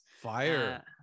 fire